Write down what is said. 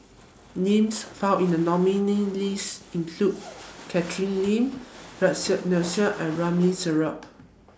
Names found in The nominee list include Catherine Lim Percy Mcneice and Ramli Sarip